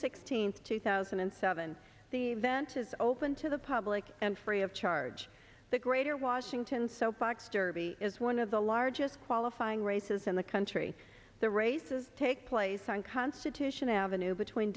sixteenth two thousand and seven the event is open to the public and free of charge the greater washington soap box derby is one of the largest qualifying races in the country the races take place on constitution avenue between